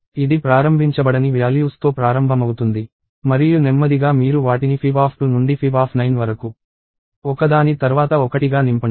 ఇది ప్రారంభించబడని వ్యాల్యూస్ తో ప్రారంభమవుతుంది మరియు నెమ్మదిగా మీరు వాటిని fib2 నుండి fib9 వరకు ఒకదాని తర్వాత ఒకటిగా నింపండి